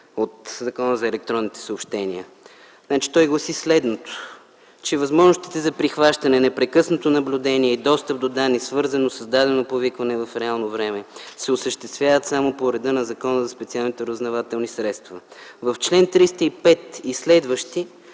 от Закона за електронните съобщения. Той гласи следното: „Възможностите за прихващане, непрекъснато наблюдение и достъп до данни, свързано с дадено повикване в реално време, се осъществява само по реда на Закона за специалните разузнавателни средства.” В чл. 305 и следващите